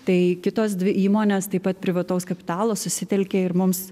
tai kitos dvi įmonės taip pat privataus kapitalo susitelkė ir mums